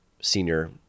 senior